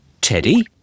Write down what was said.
Teddy